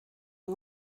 yng